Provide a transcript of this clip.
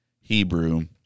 Hebrew